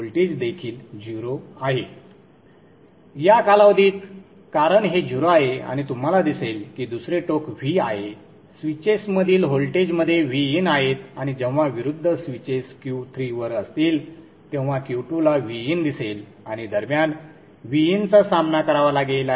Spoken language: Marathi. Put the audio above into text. या कालावधीत कारण हे 0 आहे आणि तुम्हाला दिसेल की दुसरे टोक V आहे स्विचेसमधील व्होल्टेजमध्ये Vin आहेत आणि जेव्हा विरुद्ध स्विचेस Q3 वर असतील तेव्हा Q2 ला Vin दिसेल आणि दरम्यान Vin चा सामना करावा लागेल